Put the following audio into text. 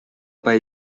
pas